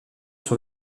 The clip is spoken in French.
sur